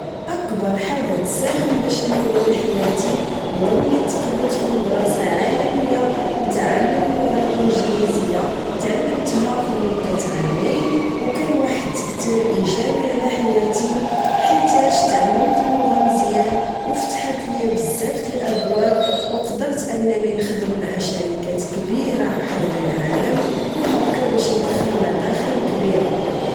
أكبر حدت ساهم باش نكون حياتي هو ملي تقبلت فمدرسة عالمية لتعلم اللغة الإنجليزية تعلمتها فمدة عامين أوكان واحد التأثير إيجابي على حياتي حيتاش تعلمت اللغة مزيان أو فتحات ليا بزاف تالأبواب أو قدرت أنني نخدم مع شركات كبيرة حول العالم أو هكا باش ندخل مداخل كبيرة